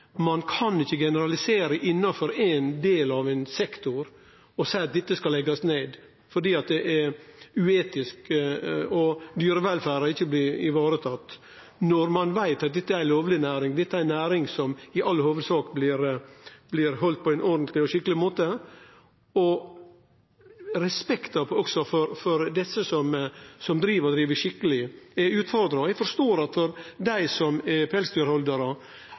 ikkje kan generalisere innanfor éin del av ein sektor og seie at dette skal leggjast ned fordi det er uetisk, og fordi dyrevelferda ikkje blir varetatt, når ein veit at dette er ei lovleg næring. Dette er ei næring som i all hovudsak blir driven på ein ordentleg og skikkeleg måte. Også respekten for dei som driv skikkeleg, er utfordra. Eg forstår at for dei som er pelsdyrhaldarar